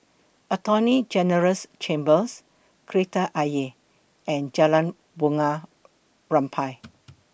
Attorney General's Chambers Kreta Ayer and Jalan Bunga Rampai